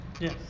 Yes